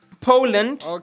Poland